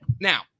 now